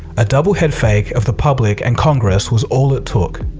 a double head fake of the public and congress was all it took.